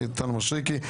יונתן מישרקי,